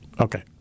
Okay